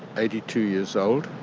eighty two years old,